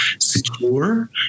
secure